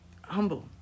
Humble